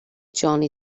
johnny